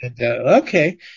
okay